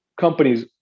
companies